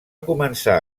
començar